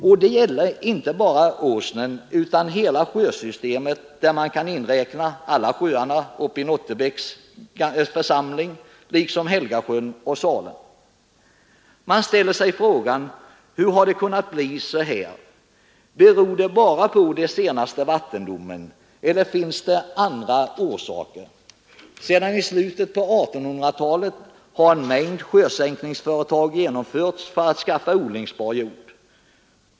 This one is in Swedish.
Detta gäller inte bara Åsnen utan hela sjösystemet där man kan inräkna alla sjöarna uppe i Nottebäcks församling liksom Helgasjön och Salen. Man ställer sig frågan hur det kunnat bli så här. Beror det bara på den senaste vattendomen eller finns det även andra orsaker? Sedan slutet på 1800-talet har en mängd sjösänkningsföretag genomförts för att skaffa odlingsbar jord.